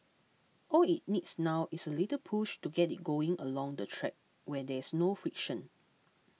all it needs now is a little push to get it going along the track where there is no friction